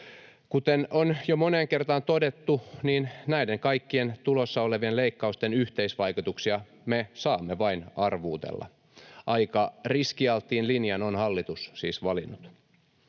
Kuten on jo moneen kertaan todettu, niin näiden kaikkien tulossa olevien leikkausten yhteisvaikutuksia me saamme vain arvuutella. Aika riskialttiin linjan on hallitus siis valinnut.